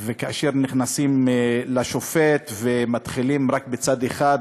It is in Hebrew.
וכאשר נכנסים אל השופט ומתחילים רק בצד אחד,